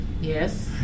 Yes